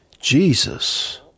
Jesus